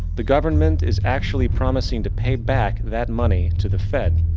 the government is actually promising to pay back that money to the fed.